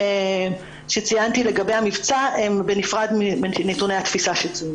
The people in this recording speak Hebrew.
שציינתי לגבי המבצע הם בנפרד מנתוני התפיסה.